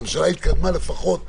הממשלה התקדמה לפחות בתוכניות.